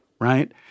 right